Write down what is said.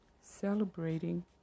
Celebrating